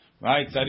right